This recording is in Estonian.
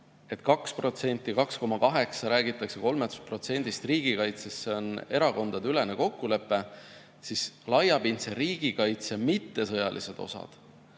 2%, 2,8%, räägitakse ka 3%‑st, riigikaitsesse on erakondadeülene kokkulepe, siis laiapindse riigikaitse mittesõjalised osad